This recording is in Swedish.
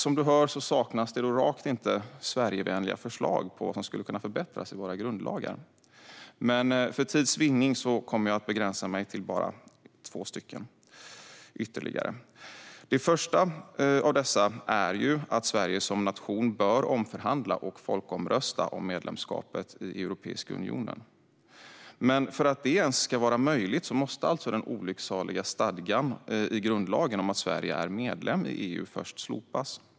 Som du hör saknas det rakt inte Sverigevänliga förslag på vad som skulle kunna förbättras i våra grundlagar. Men för tids vinning kommer jag att begränsa mig till bara två ytterligare. Det första av dessa är att Sverige som nation bör omförhandla och folkomrösta om medlemskapet i Europeiska unionen. För att det ens ska vara möjligt måste alltså den olycksaliga stadgan i grundlagen om att Sverige är medlem i EU först slopas.